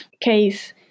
case